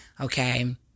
Okay